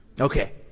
Okay